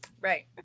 right